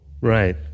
Right